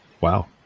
Wow